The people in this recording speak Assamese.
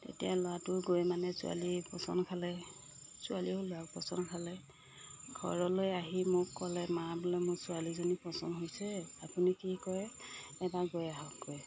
তেতিয়া ল'ৰাটো গৈ মানে ছোৱালী পছন্দ খালে ছোৱালীও ল'ৰাক পচন্দ খালে ঘৰলৈ আহি মোক ক'লে মা বোলে মোৰ ছোৱালীজনী পচন্দ হৈছে আপুনি কি কৰে এবাৰ গৈ আহক গৈ